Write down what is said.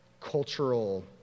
cultural